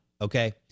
okay